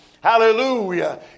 hallelujah